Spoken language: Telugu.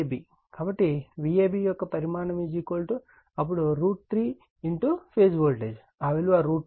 కాబట్టి Vab యొక్క పరిమాణం అప్పుడు √ 3 ఫేజ్ వోల్టేజ్ ఆ విలువ √3 VAN